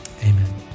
amen